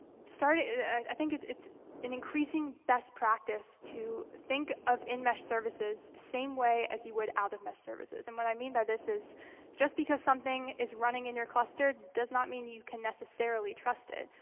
started i think it's an increasing best practice to think of in-mesh services the same way as you would out-of-mesh services. and what i mean by this is just because something is running in your cluster does not mean you can necessarily trust it.